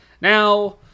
now